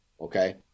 Okay